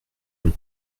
nous